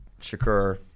Shakur